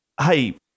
hey